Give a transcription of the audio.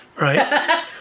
Right